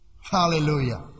Hallelujah